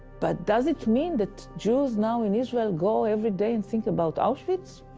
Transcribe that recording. but does it mean that jews now in israel go every day and think about auschwitz?